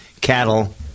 cattle